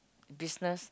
business